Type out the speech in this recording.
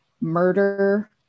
murder